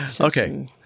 Okay